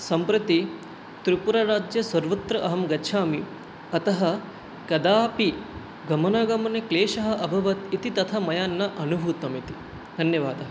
सम्प्रति त्रिपुराराज्ये सर्वत्र अहं गच्छामि अतः कदापि गमनागमने क्लेशः अभवत् इति तथा मया न अनुभूतम् इति धन्यवादः